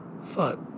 Fuck